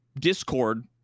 discord